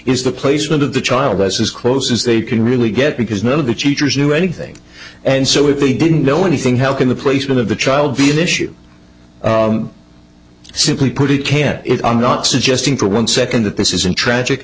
is the placement of the child as as close as they can really get because none of the teachers knew anything and so if they didn't know anything how can the placement of the child be an issue simply put it can't it i'm not suggesting for one second that this isn't tragic